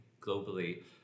globally